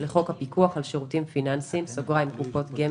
לחוק הפיקוח על שירותים פיננסיים (קופות גמל),